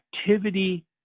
activity